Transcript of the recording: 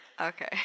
Okay